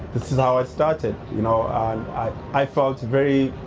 this is how i started, you know. and i i felt very,